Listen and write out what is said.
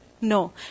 No